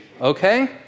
okay